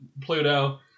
Pluto